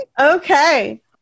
Okay